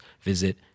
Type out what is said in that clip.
visit